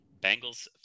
Bengals